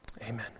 Amen